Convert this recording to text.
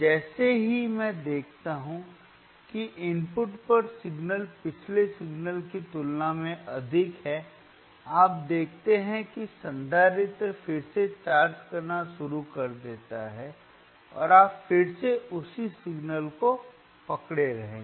जैसे ही मैं देखता हूं कि इनपुट पर सिग्नल पिछले सिग्नल की तुलना में अधिक है आप देखते हैं कि संधारित्र फिर से चार्ज करना शुरू कर देता है और आप फिर से उसी सिग्नल को पकड़े रहेंगे